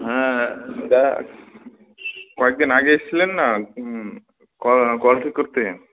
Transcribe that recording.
হ্যাঁ দাদা কয়েক দিন আগে এসেছিলেন না কল ঠিক করতে